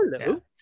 Hello